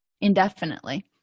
indefinitely